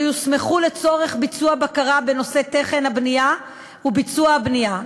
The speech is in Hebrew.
יוסמכו לביצוע בקרה בנושא תכן הבנייה וביצוע הבנייה.